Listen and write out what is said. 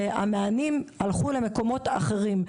המענים הלכו למקומות אחרים.